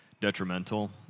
detrimental